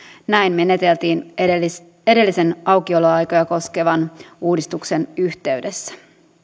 näin meneteltiin edellisen edellisen aukioloaikoja koskevan uudistuksen yhteydessä